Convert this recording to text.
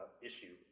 issue